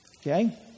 Okay